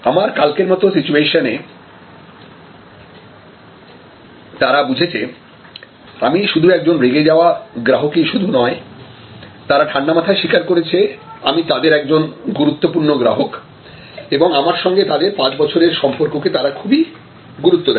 আমার কালকের মত সিচুয়েশনে তারা বুঝেছে আমি শুধু একজন রেগে যাওয়া গ্রাহকই শুধু নয় তারা ঠাণ্ডা মাথায় স্বীকার করেছে আমি তাদের একজন গুরুত্বপূর্ণ গ্রাহক এবং আমার সঙ্গে তাদের পাঁচ বছরের সম্পর্ক কে তারা খুবই গুরুত্ব দেয়